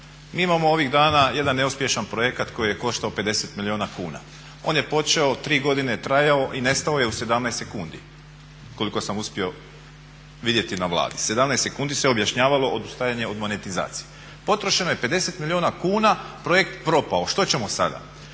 Mi imamo ovih dana jedan neuspješan projekt koji je koštao 50 milijuna kuna. On je počeo i tri godine trajao i nestao je u 17 sekundi koliko sam uspio vidjeti na Vladi, 17 sekundi se objašnjavalo odustajanje od monetizacije. Potrošeno je 50 milijuna kuna, projekt propao. Što ćemo sada?